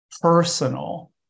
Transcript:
personal